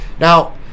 Now